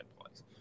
place